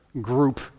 group